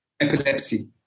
epilepsy